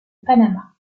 panama